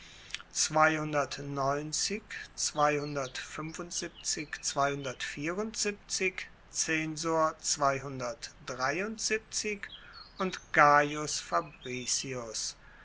und gaius fabricius